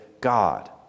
God